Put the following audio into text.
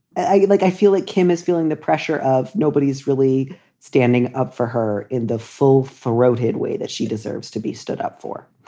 i like i feel like kim feeling the pressure of nobody's really standing up for her in the full throated way that she deserves to be stood up for.